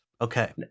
Okay